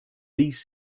these